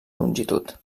longitud